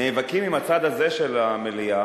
נאבקים עם הצד הזה של המליאה